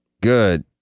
Good